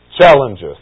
Challenges